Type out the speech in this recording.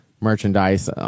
merchandise